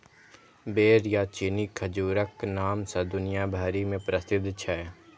बेर या चीनी खजूरक नाम सं दुनिया भरि मे प्रसिद्ध छै